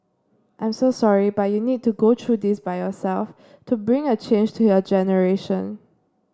I'm so sorry but you need to go through this by yourself to bring a change to your generation